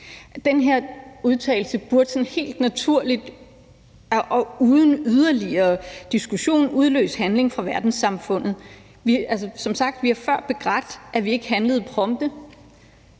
Den her udtalelse burde sådan helt naturligt og uden yderligere diskussion udløse handling fra verdenssamfundet. Som sagt har vi før begrædt, at vi ikke handlede prompte,